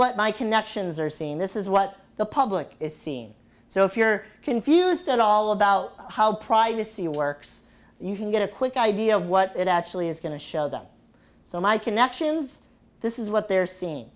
what my connections are seeing this is what the public is seeing so if you're confused at all about how privacy works you can get a quick idea of what it actually is going to show them so my connections this is what they're seeing